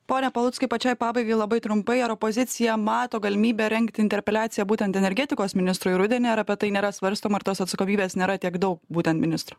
pone paluckai pačiai pabaigai labai trumpai ar opozicija mato galimybę rengti interpeliaciją būtent energetikos ministrui rudenį ar apie tai nėra svarstoma ar tos atsakomybės nėra tiek daug būtent ministro